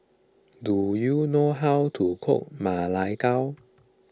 do you know how to cook Ma Lai Gao